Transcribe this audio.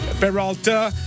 Peralta